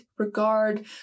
Regard